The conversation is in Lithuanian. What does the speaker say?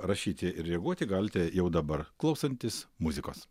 rašyti ir reaguoti galite jau dabar klausantis muzikos